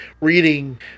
reading